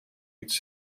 iets